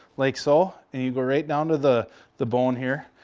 like so, and you go right down to the the bone here.